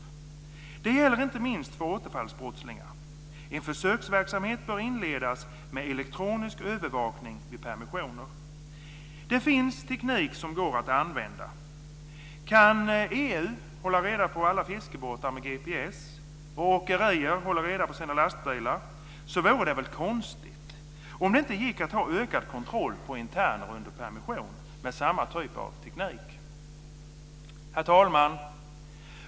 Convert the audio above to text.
Detta gäller inte minst för återfallsbrottslingar. En försöksverksamhet bör inledas med elektronisk övervakning vid permissioner. Det finns teknik som går att använda. Kan EU hålla reda på alla fiskebåtar med GPS och åkerier hålla reda på sina lastbilar vore det väl konstigt om det inte gick att ha ökad kontroll av interner under permission med samma typ av teknik. Herr talman!